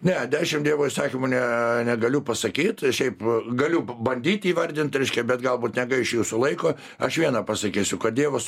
ne dešim dievo įsakymų ne negaliu pasakyt šiaip galiu ba bandyt įvardint reiškia bet galbūt negaišiu jūsų laiko aš viena pasakysiu kad dievas